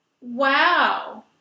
Wow